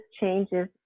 changes